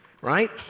right